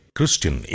Christian